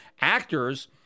actors